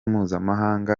mpuzamahanga